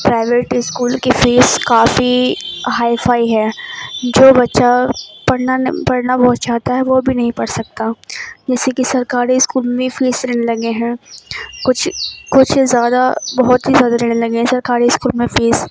private school کی fee کافی hi fi ہے جو بچہ پڑھنا پڑھنا بہت چاہتا ہے وہ بھی نہیں پڑھ سکتا جیسے کہ سرکاری اسکول میں فیس لینے لگے ہیں کچھ کچھ زیادہ بہت ہی زیادہ لینے لگے ہیں سرکاری اسکول میں فیس